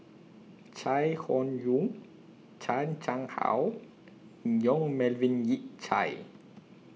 Chai Hon Yoong Chan Chang How Yong Melvin Yik Chye